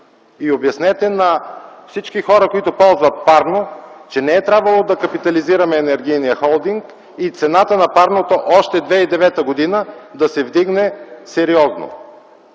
И обяснете на всички хора, които ползват парно, че не е трябвало да капитализираме Енергийния холдинг и цената на парното още в 2009 г. да се вдигне сериозно.